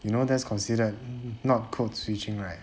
you know that's considered not code switching right